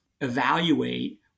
evaluate